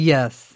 Yes